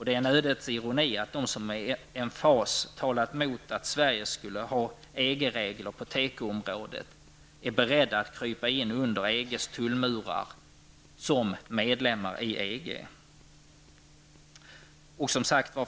Det är en ödets ironi att de som med emfas talat mot att Sverige skall ha EG regler på tekoområdet är beredda att krypa in under EGs tullmurar när Sverige blir medlem i EG.